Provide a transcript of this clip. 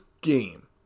game